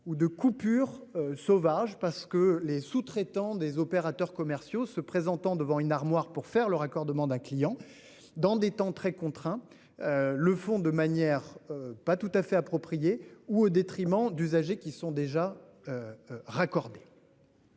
ou de coupures sauvages : les sous-traitants des opérateurs commerciaux se présentent devant une armoire pour opérer le raccordement d'un client dans des temps très contraints et le font parfois de manière non appropriée ou au détriment d'usagers déjà raccordés.